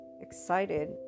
excited